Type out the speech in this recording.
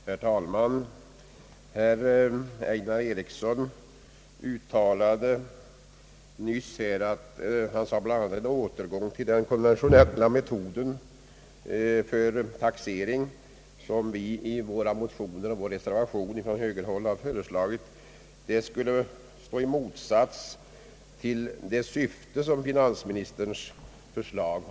Herr talman! Herr Einar Eriksson sade nyss bl.a. ait en återgång till den konventionella metoden för taxering, som vi föreslagit i våra motioner och i högerns reservation, skulle stå i motsättning till syftet i finansministerns förslag.